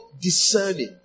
Discerning